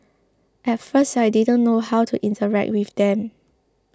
at first I didn't know how to interact with them